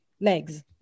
Legs